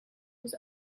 was